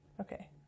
Okay